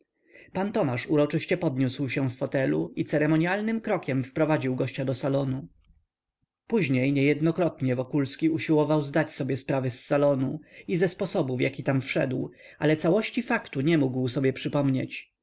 pan tomasz uroczyście podniósł się z fotelu i ceremonialnym krokiem wprowadził gościa do salonu później niejednokrotnie wokulski usiłował zdać sobie sprawę z salonu i ze sposobu w jaki tam wszedł ale całości faktu nie mógł sobie przypomnieć